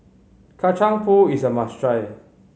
Kacang Pool is a must try